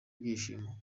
ibyishimo